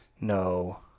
No